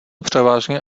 převážně